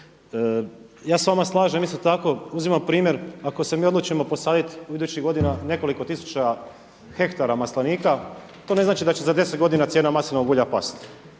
se s vama slažem isto tako uzmimo primjer ako se mi odlučimo posaditi idućih godina nekoliko tisuća hektara maslinika to ne znači da će za deset godina cijena maslinovog ulja pasti,